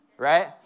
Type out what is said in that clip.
right